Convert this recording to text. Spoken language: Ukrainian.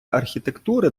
архітектури